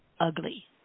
ugly